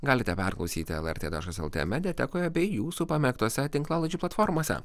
galite perklausyti lrt taškas lt mediatekoje bei jūsų pamėgtuose tinklalaidžių platformose